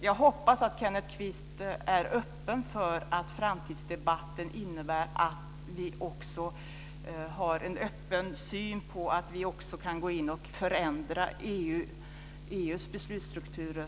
Jag hoppas att Kenneth Kvist är öppen för att framtidsdebatten innebär att vi också har en öppen syn på att vi kan gå in och förändra EU:s beslutsstrukturer.